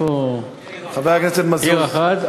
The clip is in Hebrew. עיר אחת,